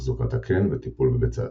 תחזוקת הקן וטיפול בצאצאים.